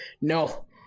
no